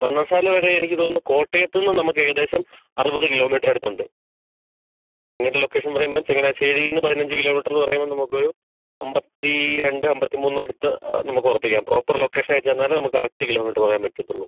മണ്ണാറശ്ശാല വരെ എനിക്ക് തോന്നുന്നു കോട്ടയത്തുന്ന് നമുക്ക് ഏകദേശം അറുപത് കിലോമീറ്റർ അടുത്തുണ്ട് നിങ്ങളുടെ ലൊക്കേഷൻ പറയുമ്പോൾ ചങ്ങനാശ്ശേരീന്ന് പതിനഞ്ച് കിലോമീറ്ററ് പറയുമ്പോൾ നമുക്കൊരു അൻപത്തി രണ്ട് അൻപത്തി മൂന്നടുത്ത് ആ നമുക്ക് ഉറപ്പിക്കാം പ്രോപ്പർ ലൊക്കേഷൻ അയച്ച് തന്നാലേ നമുക്ക് കറക്റ്റ് കിലോമീറ്ററ് പറയാൻ പറ്റത്തുള്ളൂ